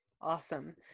Awesome